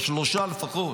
או שלושה לפחות,